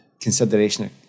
consideration